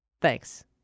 Thanks